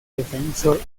defensor